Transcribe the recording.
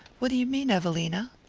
what do you mean, evelina?